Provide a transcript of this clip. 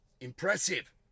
impressive